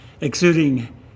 exuding